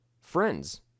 Friends